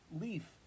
leaf